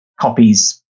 copies